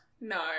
No